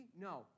no